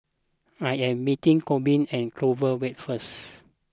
I am meeting Corbin at Clover Way first